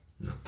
No